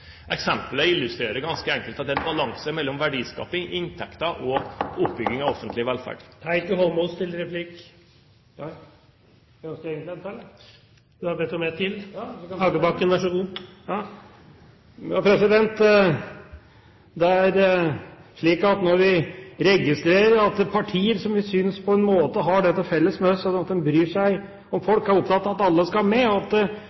Eksempelet illustrerer ganske enkelt at det er en balanse mellom verdiskaping, inntekter og oppbygging av offentlig velferd. Det er slik at når vi registrerer at partier som vi synes har det til felles med oss at de bryr seg om folk og er opptatt av at alle skal med, og vi ser et islett av god prognose, prøver vi på en måte kanskje å dra lite grann. Derfor er det jeg sier at det har vært en god dag. Og